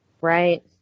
Right